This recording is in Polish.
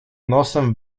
nosem